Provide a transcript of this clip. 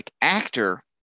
actor